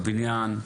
בבניין,